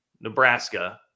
Nebraska